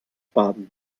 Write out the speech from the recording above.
baden